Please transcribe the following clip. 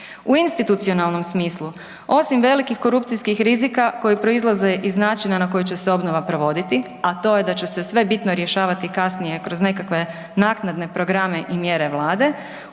U institucionalnom smislu, osim velikih korupcijskih rizika koji proizlaze iz način na koji će se obnova provoditi, a to je da će se sve bitno rješavati kasnije kroz nekakve naknade programe i mjere Vlade,